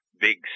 big